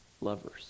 lovers